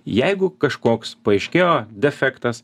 jeigu kažkoks paaiškėjo defektas